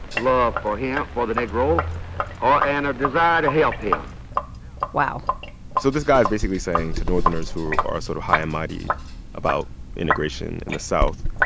love for him for the negro and a desire to help him wow so this guy is basically saying to northerners who are sort of high and mighty about integration in the south,